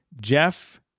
Jeff